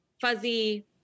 fuzzy